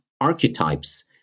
Archetypes